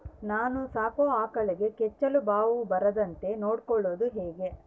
ನಾನು ಸಾಕೋ ಆಕಳಿಗೆ ಕೆಚ್ಚಲುಬಾವು ಬರದಂತೆ ನೊಡ್ಕೊಳೋದು ಹೇಗೆ?